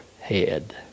head